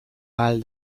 ahal